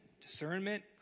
discernment